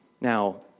Now